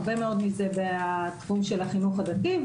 הרבה מאוד מזה בתחום של החינוך הדתי.